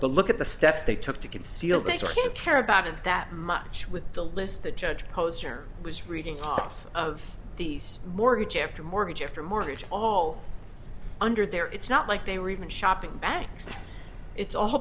to look at the steps they took to conceal this i can't care about it that much with the list the judge poster was reading off of these mortgage after mortgage after mortgage all under there it's not like they were even shopping banks it's all